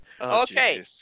Okay